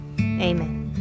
Amen